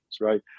right